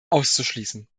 auszuschließen